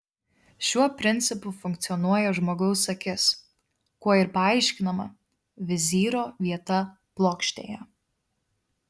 šiuo principu funkcionuoja žmogaus akis kuo ir paaiškinama vizyro vieta plokštėje